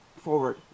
forward